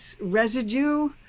residue